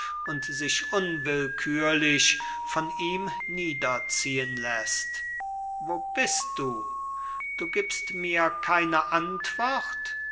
und sich unwillkürlich von ihm niederziehen läßt wo bist du du gibst mir keine antwort